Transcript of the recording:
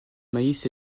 maïs